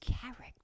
character